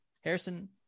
Harrison